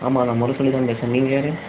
ஆமாம் நான் முரசொலி தான் பேசுகிறேன் நீங்கள் யாரு